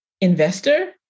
investor